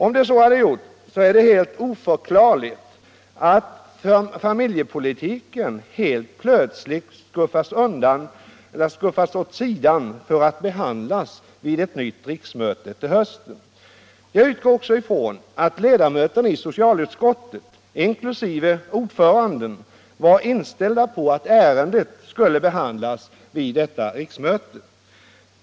Om de så gjorde, är det helt oförklarligt att familjepolitiken helt plötsligt skuffas åt sidan för att behandlas vid ett nytt riksmöte. Jag utgår också från att ledamöterna i socialutskottet inkl. ordföranden var inställda på att ärendet skulle behandlas vid detta riksmöte.